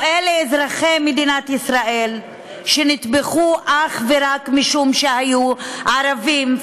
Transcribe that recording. אלה אזרחי מדינת ישראל שנטבחו אך ורק משום שהיו ערבים,